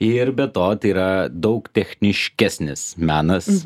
ir be to tai yra daug techniškesnis menas